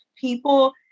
people